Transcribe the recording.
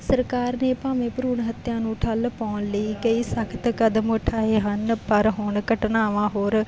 ਸਰਕਾਰ ਨੇ ਭਾਵੇਂ ਭਰੂਣ ਹੱਤਿਆ ਨੂੰ ਠੱਲ ਪਾਉਣ ਲਈ ਕਈ ਸਖਤ ਕਦਮ ਉਠਾਏ ਹਨ ਪਰ ਹੁਣ ਘਟਨਾਵਾਂ ਹੋਰ